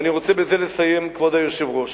ואני רוצה בזה לסיים, כבוד היושב-ראש.